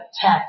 tech